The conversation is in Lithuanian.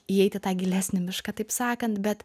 įeit į tą gilesnį mišką taip sakant bet